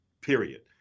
period